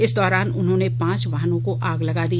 इस दौरान उन्होंने पांच वाहनों को आग लगा दी